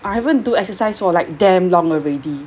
I haven't do exercise for like damn long already